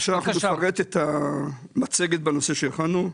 אנחנו נפרט את המצגת שהכנו בנושא,